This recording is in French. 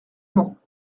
mans